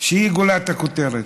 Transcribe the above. גולת הכותרת.